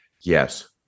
Yes